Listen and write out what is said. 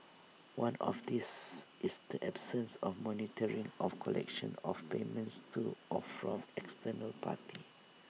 one of these is the absence of monitoring of collection of payments to or from external parties